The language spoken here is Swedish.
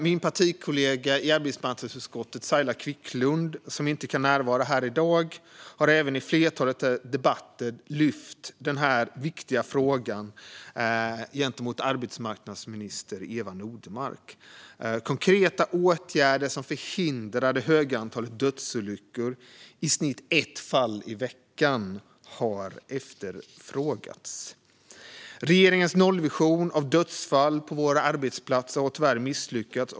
Min partikollega i arbetsmarknadsutskottet, Saila Quicklund, som inte kan närvara här i dag, har i ett flertal debatter lyft denna viktiga fråga gentemot arbetsmarknadsminister Eva Nordmark. Konkreta åtgärder som motverkar det höga antalet dödsolyckor, i snitt ett fall i veckan, har efterfrågats. Regeringens nollvision i fråga om dödsfall på våra arbetsplatser har tyvärr misslyckats.